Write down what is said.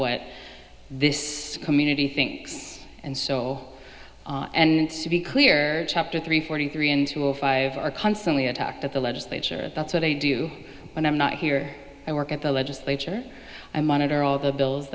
what this community thinks and so and to be clear chapter three forty three and five are constantly attacked at the legislature that's what i do you when i'm not here i work at the legislature i monitor all the bills